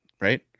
Right